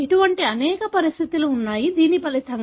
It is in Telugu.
ఇటువంటి అనేక పరిస్థితులు ఉన్నాయి దీని ఫలితంగా